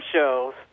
shows